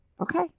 Okay